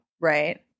Right